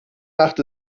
macht